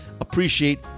appreciate